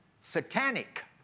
satanic